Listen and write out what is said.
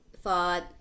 thought